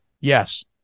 Yes